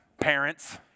parents